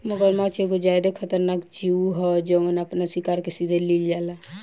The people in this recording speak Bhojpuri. मगरमच्छ एगो ज्यादे खतरनाक जिऊ ह जवन आपना शिकार के सीधे लिल जाला